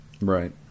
right